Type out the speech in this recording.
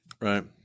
Right